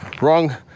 wrong